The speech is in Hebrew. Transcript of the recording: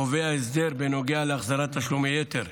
קובע הסדר בנוגע להחזרת תשלומי יתר.